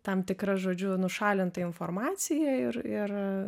tam tikra žodžiu nušalinta informacija ir ir